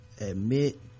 admit